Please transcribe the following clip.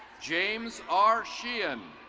james r. sheehan.